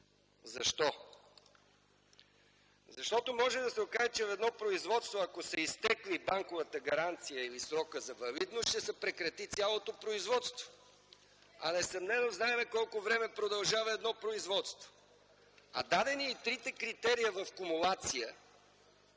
Защо? Защото може да се окаже, че в едно производство ако са изтекли банковата гаранция или срокът за валидност, ще се прекрати цялото производство, а знаем колко продължава едно производство. Дадени трите критерия в кумулация,